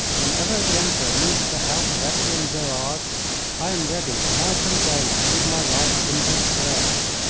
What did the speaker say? whenever the emperor needs the help of etienne gerard i am ready night and day to give my life in his service.